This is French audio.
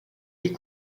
est